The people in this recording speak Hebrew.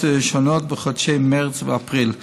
שונות בחוץ לארץ בחודשים מרס ואפריל.